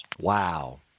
Wow